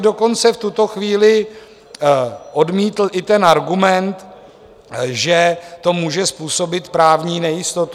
Dokonce bych v tuto chvíli odmítl i argument, že to může způsobit právní nejistotu.